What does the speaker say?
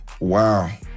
wow